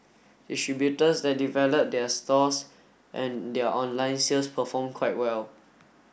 distributors that develop their stores and their online sales perform quite well